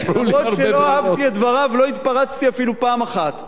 לא נשארו לי הרבה ברירות.